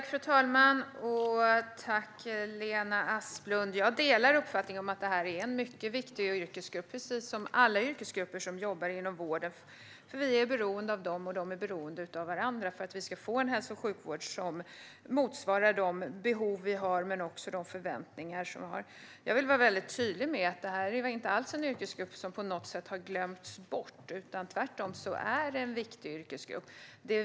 Fru talman! Tack, Lena Asplund! Jag delar uppfattningen att detta är en viktig yrkesgrupp, precis som alla yrkesgrupper inom vården. Vi är beroende av dem, och de är beroende av varandra för att vi ska få en hälso och sjukvård som motsvarar de behov och förväntningar som vi har. Jag vill vara tydlig med att detta inte alls är en yrkesgrupp som på något sätt har glömts bort. Tvärtom är det en viktig yrkesgrupp.